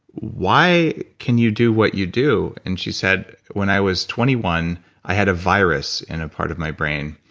why can you do what you do? and she said, when i was twenty one i had a virus in a part of my brain,